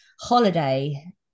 holiday